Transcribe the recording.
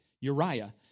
Uriah